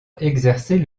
exercer